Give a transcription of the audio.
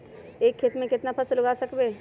एक खेत मे केतना फसल उगाय सकबै?